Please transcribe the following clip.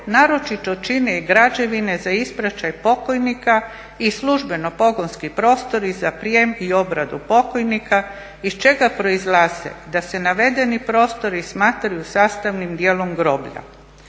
naročito čine građevine za ispraćaj pokojnika i službeno pogonski prostori za prijem i obradu pokojnika iz čega proizlazi da se navedeni prostori smatraju sastavnim dijelom groblja.